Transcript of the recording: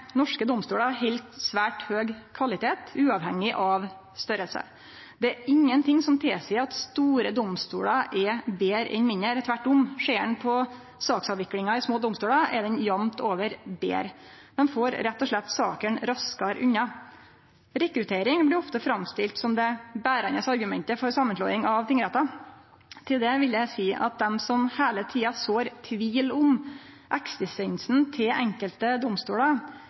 Norske domstolar held svært høg kvalitet, uavhengig av størrelse. Det er ingenting som tilseier at store domstolar er betre enn mindre. Tvert om – ser ein på saksavviklinga i små domstolar, er ho jamt over betre. Ein får rett og slett sakene raskare unna. Rekruttering blir ofte framstilt som det berande argumentet for samanslåing av tingrettar. Til det vil eg seie at dei som heile tida sår tvil om eksistensen til enkelte domstolar,